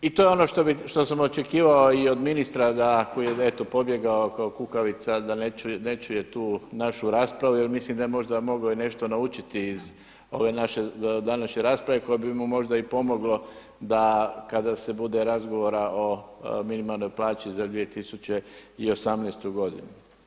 I to je ono što sam očekivao i od ministra da koji je eto pobjegao kao kukavica da ne čuje tu našu raspravu jel mislim da je možda mogao i nešto naučiti iz ove naše današnje rasprave koja bi mu možda i pomoglo da kada bude razgovora o minimalnoj plaći za 2018. godinu.